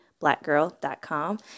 blackgirl.com